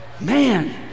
Man